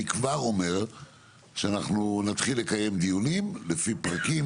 אני כבר אומר שאנחנו נתחיל לקיים דיונים לפי פרקים